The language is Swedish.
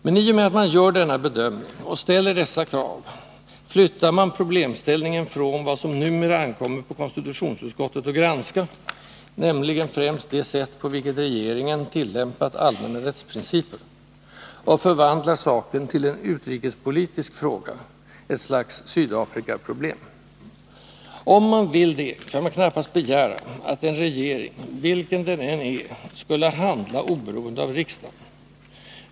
Men i och med att man gör denna bedömning och ställer dessa krav flyttar man problemställningen från vad som numera ankommer på konstitutionsutskottet att granska — nämligen främst det sätt på vilken regeringen tillämpat allmänna rättsprinciper — och förvandlar saken till en utrikespolitisk fråga, ett slags Sydafrikaproblem. Om man vill det, kan man knappast begära att en regering — vilken den än är — skulle handla oberoende av riksdagen.